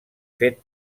fet